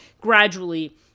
gradually